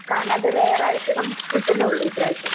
കാരണം അത് റെയറായിട്ട് നമുക്ക് കിട്ടുന്നുള്ളു ഇപ്രാവശ്യം